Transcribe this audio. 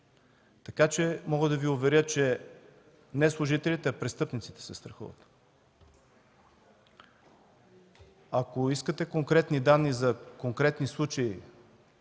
Мога да Ви уверя, че не служителите, а престъпниците се страхуват. Ако искате конкретни данни за конкретни случаи,